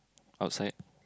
outside